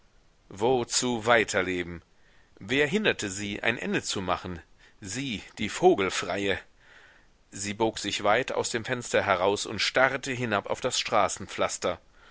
wozu weiterleben wer hinderte sie ein ende zu machen sie die vogelfreie sie bog sich weit aus dem fenster heraus und starrte hinab auf das